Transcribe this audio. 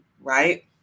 right